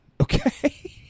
okay